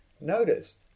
noticed